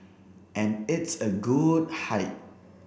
and it's a good height